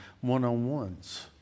one-on-ones